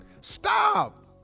Stop